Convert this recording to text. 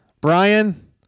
Brian